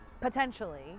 potentially